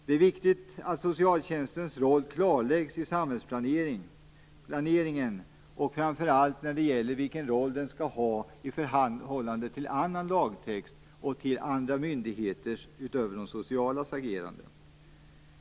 Det är viktigt att socialtjänstens roll klarläggs i samhällsplaneringen, framför allt när det gäller vilken roll den skall ha i förhållande till annan lagtext och till andra myndigheters, utöver de socialas, agerande.